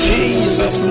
Jesus